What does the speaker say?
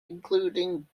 including